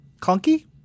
clunky